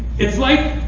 it's like,